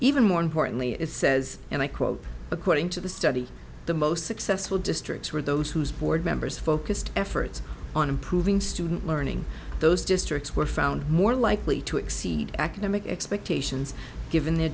even more importantly it says and i quote according to the study the most successful districts were those whose board members focused efforts on improving student learning those districts were found more likely to exceed academic expectations given the